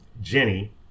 Jenny